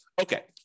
Okay